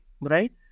Right